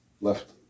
left